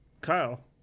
Kyle